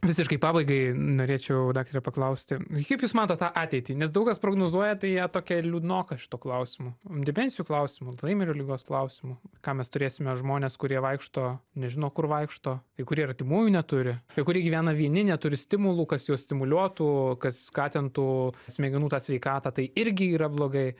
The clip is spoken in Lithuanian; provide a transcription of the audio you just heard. visiškai pabaigai norėčiau daktare paklausti kaip jūs matot tą ateitį nes daug kas prognozuoja tai ją tokią liūdnoką šituo klausimu demencijų klausimu alzheimerio ligos klausimu ką mes turėsime žmones kurie vaikšto nežino kur vaikšto kai kurie artimųjų neturi kai kurie gyvena vieni neturi stimulų kas juos stimuliuotų kas skatintų smegenų tą sveikatą tai irgi yra blogai